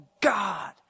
God